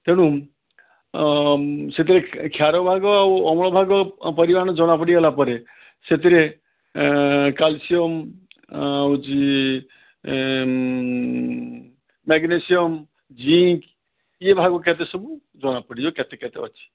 ତେଣୁ ସେଥିରେ କ୍ଷାର ଭାଗ ଆଉ ଅମ୍ଳ ଭାଗ ପରିମାଣ ଜଣା ପଡ଼ିଗଲା ପରେ ସେଥିରେ କ୍ୟାଲ୍ସିଅମ ହେଉଛି ମାଗ୍ନେସିଅମ ଜିଙ୍କ୍ ଇଏ ଭାଗ କେତେସବୁ ଜଣାପଡ଼ିଯିବ କେତେ କେତେ ଅଛି